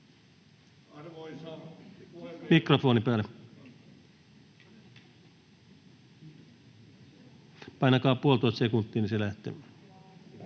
Mikrofoni päälle. Painakaa puolitoista sekuntia, niin se lähtee.